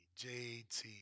JT